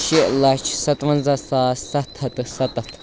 شےٚ لچھ سَتوَنٛزہ ساس سَتھ ہَتھ تہٕ سَتَتھ